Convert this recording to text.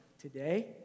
today